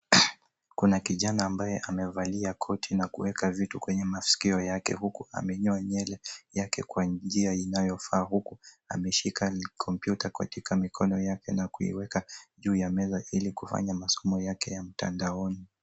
Kuna kijana ambaye amevalia koti na kueka vitu kwenye masikio yake uku amenyoa nywele yake kwa njia inayofaa uku ameshika kompyuta katika mikono yake na kuiweka juu ya meza ili kufanya masomo yake ya mtandaoni.